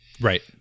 Right